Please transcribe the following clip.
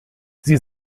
sie